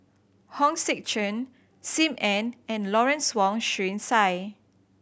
Hong Sek Chern Sim Ann and Lawrence Wong Shyun Tsai